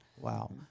Wow